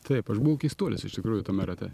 taip aš buvau keistuolis iš tikrųjų tame rate